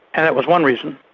and that was one reason.